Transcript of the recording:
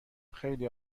خیلی